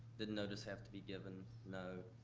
didn't notice have to be given, no.